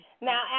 Now